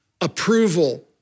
approval